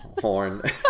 horn